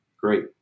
Great